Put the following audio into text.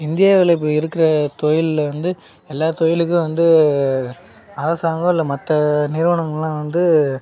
இந்தியாவில் இப்போ இருக்கிற தொழில்ல வந்து எல்லா தொழிலுக்கும் வந்து அரசாங்கம் இல்லை மற்ற நிறுவனங்கள்லாம் வந்து